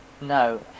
No